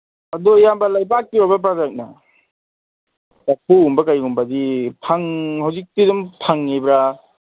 ꯑꯗꯣ ꯏꯌꯥꯝꯕ ꯂꯩꯕꯥꯛꯀꯤ ꯑꯣꯏꯕ ꯄ꯭ꯔꯗꯛꯅꯦ ꯆꯐꯨꯒꯨꯝꯕ ꯀꯩꯒꯨꯝꯕꯗꯤ ꯍꯧꯖꯤꯛꯇꯤ ꯑꯗꯨꯝ ꯐꯪꯏꯕ꯭ꯔꯥ